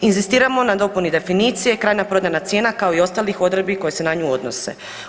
Inzistiramo na dopuni definicije, krajnja prodajna cijena, kao i ostalih odredbi koje se na nju odnose.